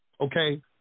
okay